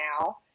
now